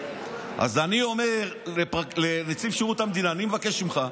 אז אני אומר לנציב שירות המדינה: אני מבקש ממך,